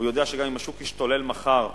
הוא יודע שגם אם השוק ישתולל מחר,